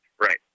Right